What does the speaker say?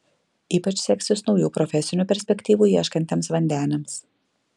ypač seksis naujų profesinių perspektyvų ieškantiems vandeniams